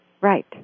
Right